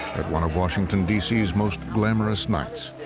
at one of washington, d c s most glamorous nights.